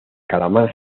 calamar